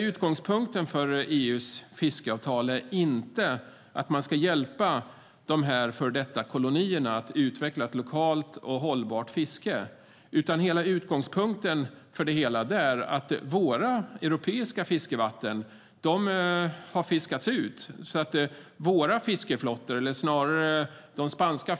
Utgångspunkten för EU:s fiskeavtal är inte att man ska hjälpa dessa före detta kolonier att utveckla ett lokalt och hållbart fiske, utan utgångspunkten är att våra europeiska fiskevatten har fiskats ut så att bland andra de spanska